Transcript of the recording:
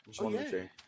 Okay